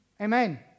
Amen